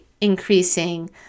increasing